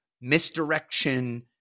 misdirection